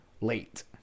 late